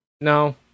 No